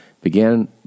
began